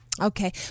Okay